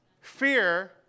Fear